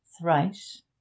thrice